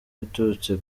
biturutse